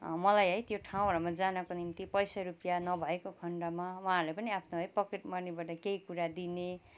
मलाई है त्यो ठाउँहरूमा जानको निम्ति पैसा रुपियाँ नभएको खन्डमा उहाँहरूले पनि आफनो पकेट मनीबाट केहि कुरा दिने है